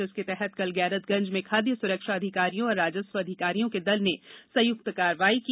जिसके तहत कल गैरतगंज में खाद्य सुरक्षा अधिकारियों एवं राजस्व अधिकारियों के दल ने संयुक्त कार्रवाई की